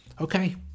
Okay